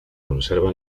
conserva